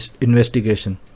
investigation